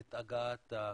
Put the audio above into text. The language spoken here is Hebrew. את הגעת הכספים.